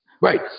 Right